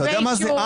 אתה יודע מה זה?